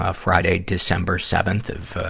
ah friday, december seventh of,